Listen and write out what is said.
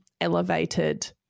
elevated